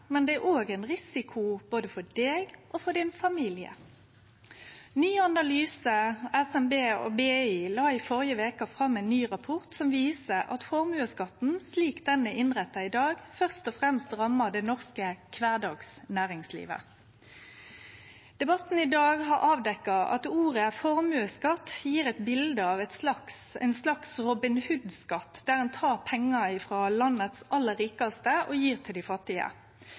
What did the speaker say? men det er òg ein risiko for både deg og familien din. Ny Analyse, SMB og BI la i førre veke fram ein ny rapport som viser at formuesskatten, slik han er innretta i dag, først og fremst rammar det norske kvardagsnæringslivet. Debatten i dag har avdekt at ordet «formuesskatt» gjev folk eit bilete av ein slags Robin Hood-skatt, der ein tek pengar frå landets aller rikaste og gjev til dei fattige.